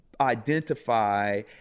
identify